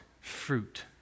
fruit